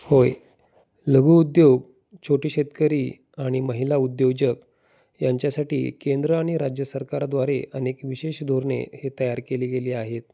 होय लघुउद्योग छोटे शेतकरी आणि महिला उद्योजक यांच्यासाठी केंद्र आणि राज्य सरकारद्वारे अनेक विशेष धोरणे हे तयार केली गेली आहेत